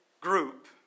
group